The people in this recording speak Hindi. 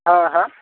हाँ हाँ